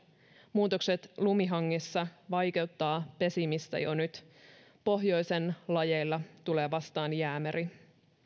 muutokset lumihangissa vaikeuttavat pesimistä jo nyt pohjoisen lajeilla tulee vastaan jäämeri